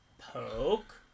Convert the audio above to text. poke